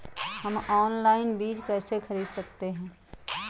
हम ऑनलाइन बीज कैसे खरीद सकते हैं?